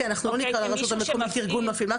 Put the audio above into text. אנחנו לא נקרא לרשות המקומית ארגון מפעיל,